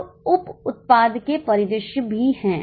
अब उप उत्पाद के परिदृश्य भी हैं